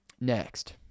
Next